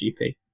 gp